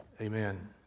amen